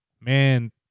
Man